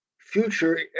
future